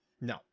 No